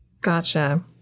Gotcha